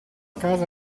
casa